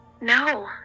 No